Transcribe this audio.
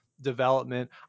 development